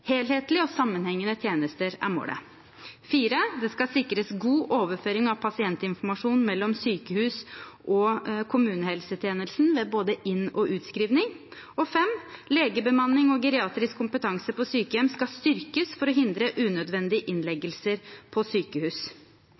Helhetlige og sammenhengende tjenester er målet. Det skal sikres god overføring av pasientinformasjon mellom sykehus og kommunehelsetjenesten ved både inn- og utskrivning. Legebemanning og geriatrisk kompetanse på sykehjem skal styrkes for å hindre unødvendige innleggelser på sykehus.